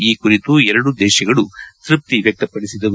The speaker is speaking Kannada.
ಈ ಕುರಿತು ಎರಡೂ ದೇಶಗಳು ತೃಪ್ತಿ ವ್ಚಕ್ತಪಡಿಸಿದವು